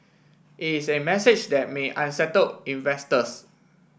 is a message that may unsettle investors